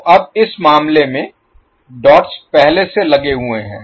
तो अब इस मामले में डॉट्स पहले से लगे हुए हैं